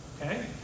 Okay